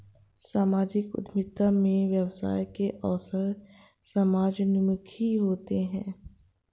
सामाजिक उद्यमिता में व्यवसाय के अवसर समाजोन्मुखी होते हैं